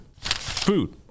food